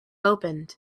opened